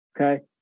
okay